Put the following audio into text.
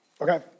Okay